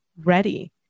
ready